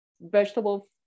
vegetable